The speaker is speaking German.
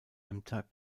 ämter